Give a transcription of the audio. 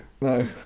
No